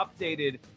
updated